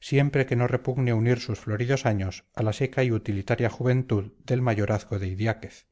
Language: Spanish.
siempre que no repugne unir sus floridos años a la seca y utilitaria juventud del mayorazgo de idiáquez